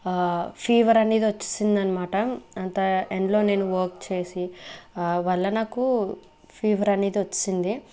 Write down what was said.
fever అనేది వచ్చేసిందన్నమాట అంత ఎండలో నేను వర్క్ చేసి వల్ల నాకు ఫీవర్ అనేది వచ్చేసింది